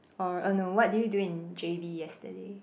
or oh no what did you do in J_B yesterday